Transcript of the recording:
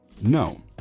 No